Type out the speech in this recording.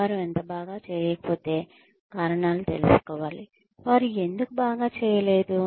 వారు అంత బాగా చేయకపోతే కారణాలు తెలుసుకోవాలి వారు ఎందుకు బాగా చేయలేదు